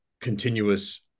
continuous